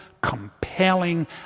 compelling